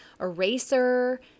eraser